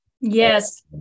yes